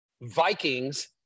Vikings